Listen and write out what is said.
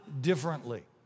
differently